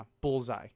Bullseye